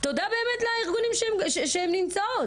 תודה ברמת לארגונים שהן נמצאות.